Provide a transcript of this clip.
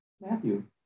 Matthew